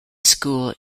school